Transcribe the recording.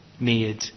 made